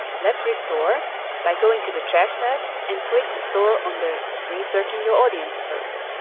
let's restore by going to the trash tab, and click restore on the researching your audience post.